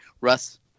Russ